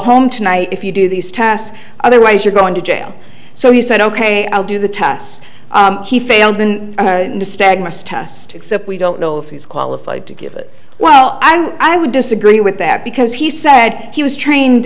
home tonight if you do these tasks otherwise you're going to jail so he said ok i'll do the tests he failed to stagg must test except we don't know if he's qualified to give it well i would disagree with that because he said he was trained